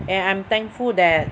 and I'm thankful that